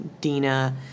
Dina